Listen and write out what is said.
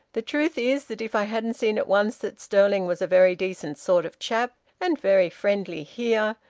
the truth is that if i hadn't seen at once that stirling was a very decent sort of chap, and very friendly here,